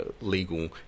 legal